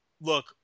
look